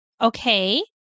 okay